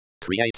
Create